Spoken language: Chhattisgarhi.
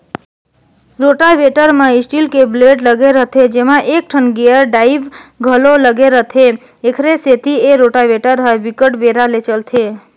रोटावेटर म स्टील के बलेड लगे रहिथे जेमा एकठन गेयर ड्राइव घलोक लगे होथे, एखरे सेती ए रोटावेटर ह बिकट बेरा ले चलथे